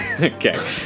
Okay